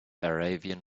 arabian